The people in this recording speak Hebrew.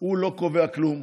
הוא לא קובע כלום,